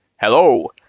hello